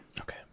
Okay